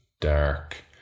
dark